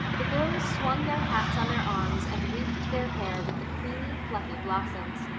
the girls swung their hats on their arms and wreathed their hair with the creamy, fluffy blossoms.